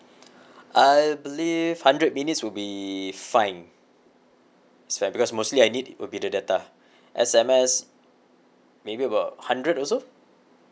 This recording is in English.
I believe hundred minutes will be fine it's fair because mostly I need it will be the data S_M_S maybe about hundred also